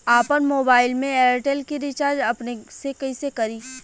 आपन मोबाइल में एयरटेल के रिचार्ज अपने से कइसे करि?